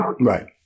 Right